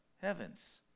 heavens